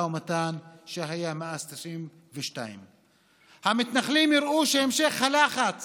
ומתן שהיה מאז 1992. המתנחלים יראו שהמשך הלחץ